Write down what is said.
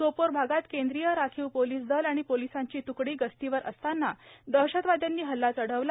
सोपोर भागात केंद्रीय राखीव पोलिस दल आणि पोलिसांची त्रकडी गस्तीवर असतांना दहशतवाद्यांनी हल्ला चढवला